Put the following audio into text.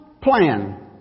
plan